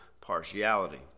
partiality